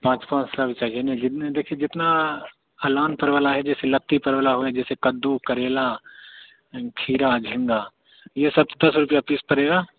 पाँच पाँच साल चाहिए ना जितने देखिए जितना अलान परवल है जैसे लत्ती परवल हुए जैसे कद्दू करेला खीरा झींगा यह सब दस रुपये पीस पड़ेगा